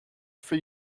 for